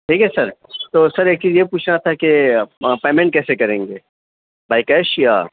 ٹھیک ہے سر تو سر ایک چیز یہ پوچھنا تھا کہ پیمینٹ کیسے کریں گے بائی کیش یا